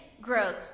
growth